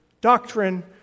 doctrine